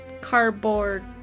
cardboard